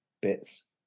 bits